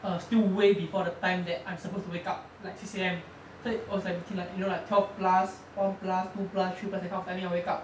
err still way before the time that I'm supposed to wake up like six A_M so it was like between like you know twelve plus one plus two plus three plus that kind of timing I will wake up